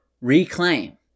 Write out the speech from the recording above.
reclaim